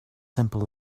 simple